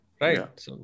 right